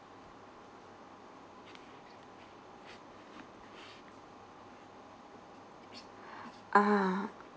ah